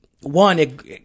one